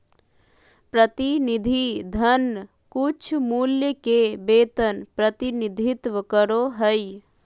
प्रतिनिधि धन कुछमूल्य के वेतन प्रतिनिधित्व करो हइ